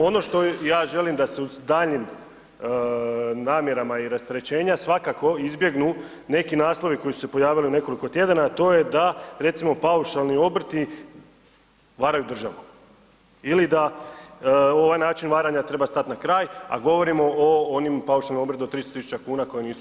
Ono što ja želim da se u daljnjem namjerama i rasterećenja svakako izbjegnu neki naslovi koji su se pojavili u nekoliko tjedana, a to je da recimo paušalni obrti varaju državu ili da ovaj način varanja treba stati na kraj, a govorimo o onim paušalnim obrtima do 300.000 kuna koji nisu